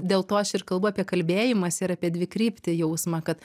dėl to aš ir kalbu apie kalbėjimąsi ir apie dvikryptį jausmą kad